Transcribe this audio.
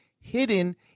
hidden